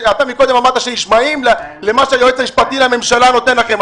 אתה מקודם אמרת שאתם נשמעים למה שמה שהיועץ המשפטי לממשלה נותן לכם.